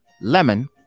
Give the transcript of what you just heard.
Lemon